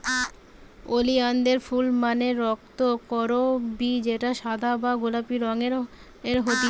ওলিয়ানদের ফুল মানে রক্তকরবী যেটা সাদা বা গোলাপি রঙের হতিছে